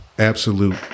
absolute